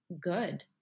good